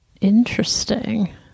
Interesting